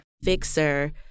fixer